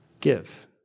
give